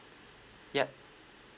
yup